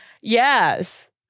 yes